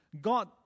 God